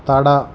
తడ